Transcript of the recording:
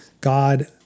God